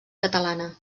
catalana